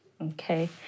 Okay